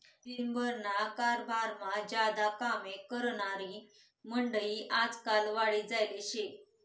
दिन भरना कारभारमा ज्यादा कामे करनारी मंडयी आजकाल वाढी जायेल शे